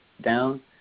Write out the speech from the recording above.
down